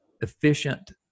efficient